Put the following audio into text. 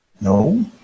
No